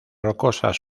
rocosas